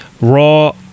Raw